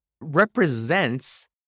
represents